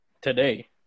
today